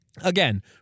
again